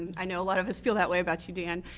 i know a lot of us feel that way about you, dan.